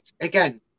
again